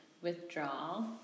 withdraw